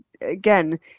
again